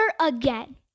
again